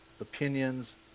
opinions